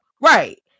right